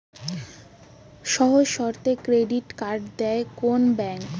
সহজ শর্তে credit card দেয় কোন ব্যাংক?